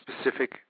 specific